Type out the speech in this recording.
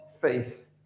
faith